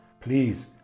Please